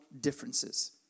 differences